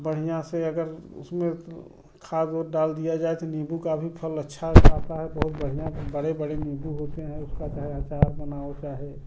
बढ़िया से अगर उसमें खाद उद डाल दिया जाए तो निम्बू का भी फल अच्छा आता है बहुत बढ़िया बड़े बड़े निम्बू होता हैं उसका चाहे अचार बनाओ चाहे